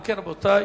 אם כן, רבותי,